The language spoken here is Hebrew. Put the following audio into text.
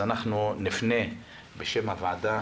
אנחנו נפנה בשם הוועדה